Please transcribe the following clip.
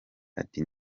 ati